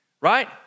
right